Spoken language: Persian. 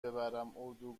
ببرم